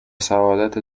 سعادت